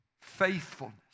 faithfulness